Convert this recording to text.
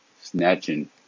snatching